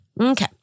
Okay